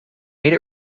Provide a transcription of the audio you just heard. made